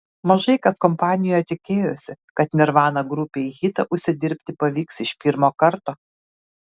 mažai kas kompanijoje tikėjosi kad nirvana grupei hitą užsidirbti pavyks iš pirmo karto